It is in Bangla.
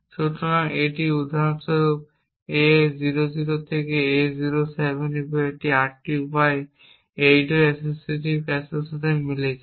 সুতরাং এটি উদাহরণস্বরূপ A00 থেকে A07 একটি 8 উপায় 8 ওয়ে অ্যাসোসিয়েটিভ ক্যাশের সাথে মিলে যায়